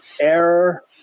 error